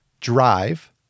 Drive